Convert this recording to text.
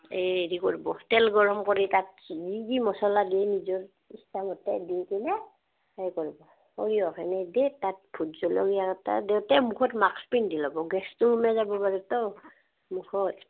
এ ready কৰ্ব তেল গৰম কৰি তাত যি যি মচলা দিম য'ত ইচ্ছা মতে দি কিনে হেৰি কৰিব সৰিয়হ খিনি দি তাত ভোট জলকীয়া দিওঁতে মুখত মাস্ক পিন্ধি ল'ব গেছটো ওলাব পাৰে তো মুখত